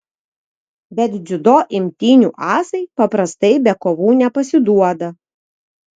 bet dziudo imtynių asai paprastai be kovų nepasiduoda